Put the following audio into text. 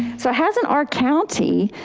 so hasn't our county,